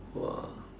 !wah!